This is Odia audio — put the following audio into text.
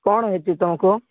କ'ଣ ହୋଇଛି ତୁମକୁ